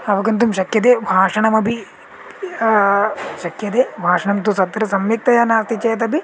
अवगन्तुं शक्यते भाषणमपि शक्यते भाषणं तु सत्र सम्यक्तया नास्ति चेतपि